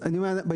אז אני אומר,